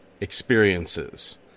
experiences